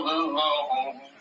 alone